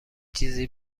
چیزی